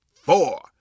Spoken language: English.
four